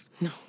no